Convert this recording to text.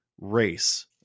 race